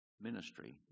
ministry